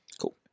Cool